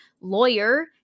lawyer